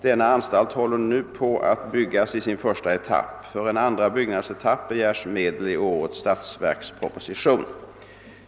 Denna anstalt håller nu på att byggas i sin första etapp. För en andra byggnadsetapp begärs medel i årets statsverksproposition.